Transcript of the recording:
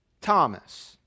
thomas